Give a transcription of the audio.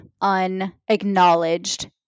unacknowledged